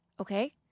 Okay